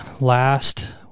last